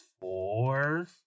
four